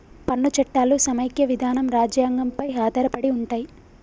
పన్ను చట్టాలు సమైక్య విధానం రాజ్యాంగం పై ఆధారపడి ఉంటయ్